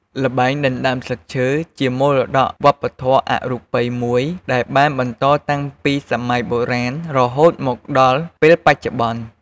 ល្បែងដណ្ដើមស្លឹកឈើជាមរតកវប្បធម៌អរូបីមួយ ដែលបានបន្តតាំងពីសម័យបុរាណរហូតមកដល់ពេលបច្ចុប្បន្ន។